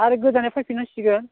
आरो गोजानै फैफिनांसिगोन